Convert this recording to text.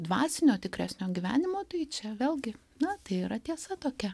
dvasinio tikresnio gyvenimo tai čia vėlgi na tai yra tiesa tokia